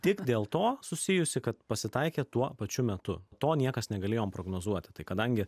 tik dėl to susijusi kad pasitaikė tuo pačiu metu to niekas negalėjom prognozuoti tai kadangi